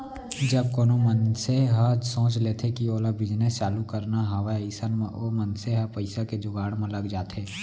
जब कोनो मनसे ह सोच लेथे कि ओला बिजनेस चालू करना हावय अइसन म ओ मनसे ह पइसा के जुगाड़ म लग जाथे